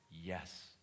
Yes